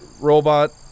robot